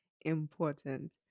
important